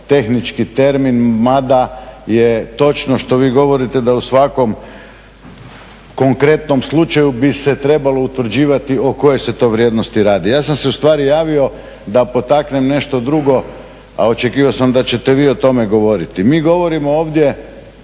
tehnički termin, ma da je točno što vi govorite da u svakom konkretnom slučaju bi se trebalo utvrđivati o kojoj se to vrijednosti radi. Ja sam se ustvari javio da potaknem nešto drugo, a očekivao sam da ćete vi o tome govorit. Mi govorimo ovdje